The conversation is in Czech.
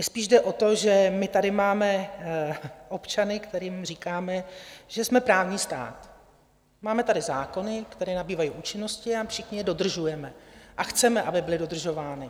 Mně spíš jde o to, že tady máme občany, kterým říkáme, že jsme právní stát, máme tady zákony, které nabývají účinnosti, všichni je dodržujeme a chceme, aby byly dodržovány.